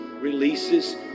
releases